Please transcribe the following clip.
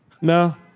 No